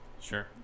sure